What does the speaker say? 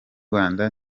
rwanda